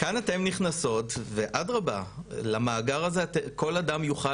כאן אתן נכנסות ואדרבא למאגר הזה כל אגם יוכל